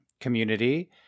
community